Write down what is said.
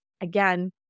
again